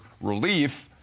relief